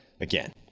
again